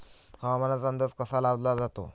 हवामानाचा अंदाज कसा लावला जाते?